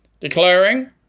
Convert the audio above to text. declaring